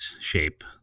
shape